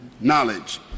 Knowledge